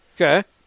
Okay